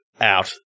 out